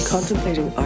Contemplating